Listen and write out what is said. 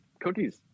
cookies